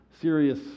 serious